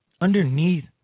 Underneath